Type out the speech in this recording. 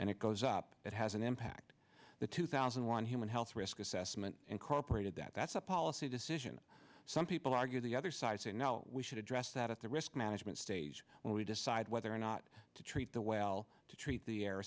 and it goes up it has an impact the two thousand one human health risk assessment incorporated that that's a policy decision some people argue the other side saying now we should address that at the risk management stage when we decide whether or not to treat the well to treat the air or